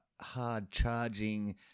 hard-charging